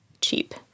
cheap